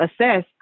assess